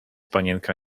panienka